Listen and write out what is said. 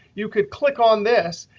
you could click on this,